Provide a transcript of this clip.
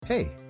Hey